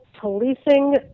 policing